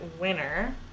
winner